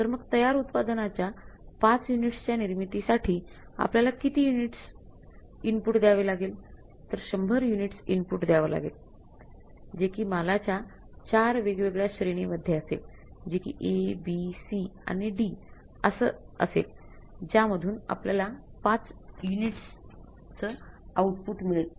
तर मग तयार उत्पादनाच्या ५ युनिट्सच्या निर्मितीसाठी आपल्यला किती युनिट्सच इनपुट द्यावे लागेल तर १०० युनिट्सच इनपुट द्यावं लागेल जे कि मालाच्या ४ वेगवेगळ्या श्रेणीमधेय असेल जे कि ABC and D असं असेल ज्यामधून आपल्यला ५ युनिट्सच आउटपुट मिळेल